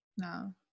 no